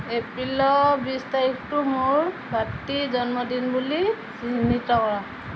এপ্ৰিলৰ বিশ তাৰিখটো মোৰ ভাতৃৰ জন্মদিন বুলি চিহ্নিত কৰা